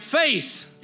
faith